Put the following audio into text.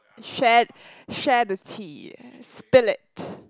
share share the tea spill it